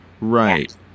Right